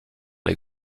les